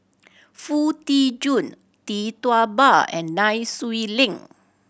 Foo Tee Jun Tee Tua Ba and Nai Swee Leng